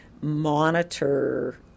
monitor